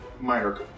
minor